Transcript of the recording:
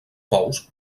bous